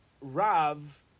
Rav